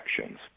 actions